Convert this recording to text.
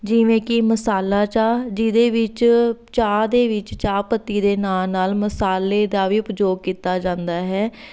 ਜਿਵੇਂ ਕਿ ਮਸਾਲਾ ਚਾਹ ਜਿਹਦੇ ਵਿੱਚ ਚਾਹ ਦੇ ਵਿੱਚ ਚਾਹ ਪੱਤੀ ਦੇ ਨਾਲ ਨਾਲ ਮਸਾਲੇ ਦਾ ਵੀ ਉਪਯੋਗ ਕੀਤਾ ਜਾਂਦਾ ਹੈ